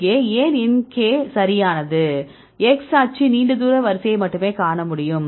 இங்கே ஏன் ln k சரியானது மற்றும் x அச்சு நீண்ட தூர வரிசையை மட்டுமே காண முடியும்